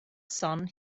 sun